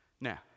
Now